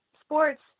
sports